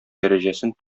дәрәҗәсен